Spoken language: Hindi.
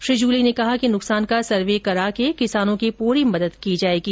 श्री जूली ने कहा कि नुकसान का सर्वे कराकर किसानों की पूरी मदद की जाएगी